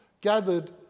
gathered